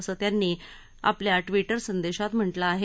असं त्यांनी आपल्या ट्विटर संदेशात म्हटलं आहे